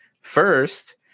First